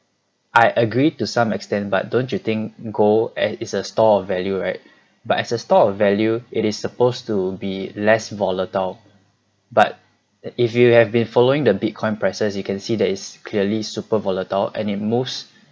I agreed to some extent but don't you think gold eh is a store of value right but as a store of value it is supposed to be less volatile but it if you have been following the bitcoin prices you can see that is clearly super volatile and it moves